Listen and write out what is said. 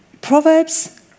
Proverbs